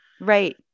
right